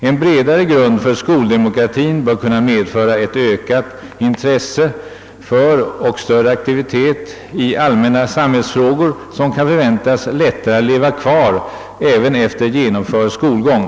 En bredare grund för skoldemokratien bör kunna medföra ett ökat intresse för och större aktivitet i allmänna samhällsfrågor, som kan förväntas lättare leva kvar även efter genomförd skolgång.